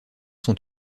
sont